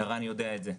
ערן יודע את זה.